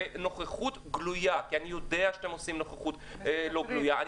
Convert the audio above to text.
ונוכחות גלויה כי אני יודע שאתם עושים נוכחות לא גלויה,